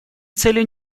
цели